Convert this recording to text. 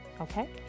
Okay